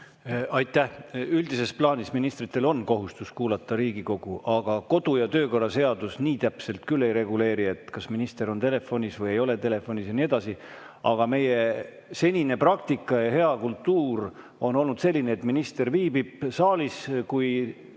Aitäh! Üldises plaanis ministritel on kohustus kuulata Riigikogu, aga kodu- ja töökorra seadus nii täpselt küll ei reguleeri, kas minister võib olla telefonis või ei või olla telefonis, ja nii edasi. Aga meie senine praktika ja hea kultuur on olnud selline, et minister viibib saalis, kui